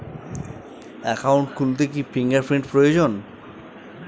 Account খুলতে কি fingerprint প্রয়োজন?